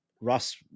Russ